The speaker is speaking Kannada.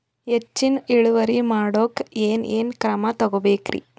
ಹೆಚ್ಚಿನ್ ಇಳುವರಿ ಮಾಡೋಕ್ ಏನ್ ಏನ್ ಕ್ರಮ ತೇಗೋಬೇಕ್ರಿ?